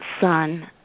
son